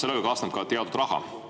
Sellega kaasneb ka teatud raha.